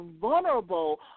vulnerable